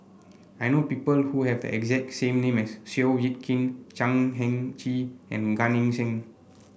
I know people who have the exact same name as Seow Yit Kin Chan Heng Chee and Gan Eng Seng